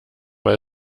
weil